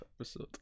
episode